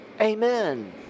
Amen